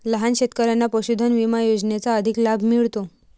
लहान शेतकऱ्यांना पशुधन विमा योजनेचा अधिक लाभ मिळतो